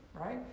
right